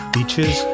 Beaches